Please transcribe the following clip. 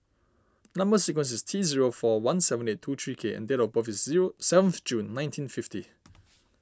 Number Sequence is T zero four one seven eight two three K and date of birth is zero seven of June nineteen fifty